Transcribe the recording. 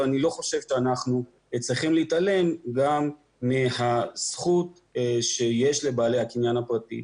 אני לא חושב שאנחנו צריכים להתעלם גם מהזכות שיש לבעלי הקניין הפרטי.